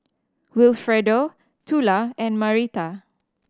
Wilfredo Tula and Marietta